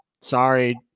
sorry